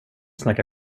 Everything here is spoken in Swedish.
snacka